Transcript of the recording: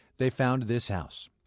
they found this house.